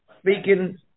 speaking